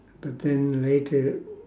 but then later